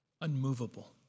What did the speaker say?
unmovable